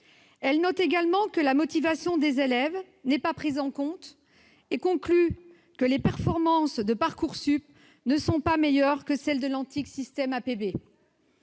Elle note également que la motivation des élèves n'est pas prise en compte et conclut que les performances de Parcoursup ne sont pas meilleures que celles de l'antique système